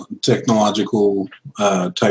technological-type